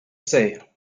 say